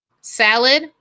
salad